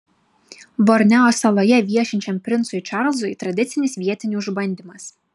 borneo saloje viešinčiam princui čarlzui tradicinis vietinių išbandymas